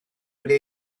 wedi